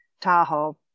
Tahoe